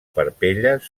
parpelles